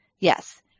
Yes